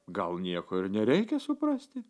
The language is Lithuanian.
gal nieko ir nereikia suprasti